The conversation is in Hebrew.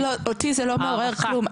לא, אותי זה לא מעורר כלום.